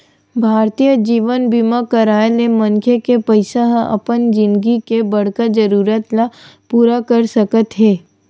भारतीय जीवन बीमा कराय ले मनखे के पइसा ह अपन जिनगी के बड़का जरूरत ल पूरा कर सकत हे